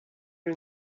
are